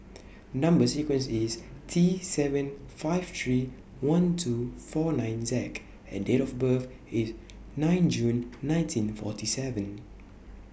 Number sequence IS T seven five three one two four nine Z and Date of birth IS nine June nineteen forty seven